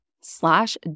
slash